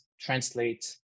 translate